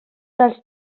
dels